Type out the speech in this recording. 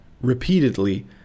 repeatedly